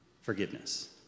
forgiveness